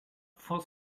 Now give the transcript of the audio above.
for